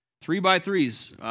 Three-by-threes